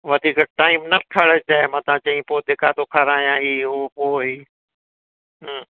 वधीक टाइम न खणिजांइ मतां चई पोइ धिका थो खारायांइ ही हू पोइ ही हूं